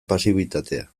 pasibitatea